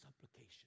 supplication